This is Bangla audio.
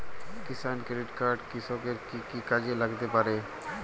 কিষান ক্রেডিট কার্ড কৃষকের কি কি কাজে লাগতে পারে?